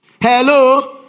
Hello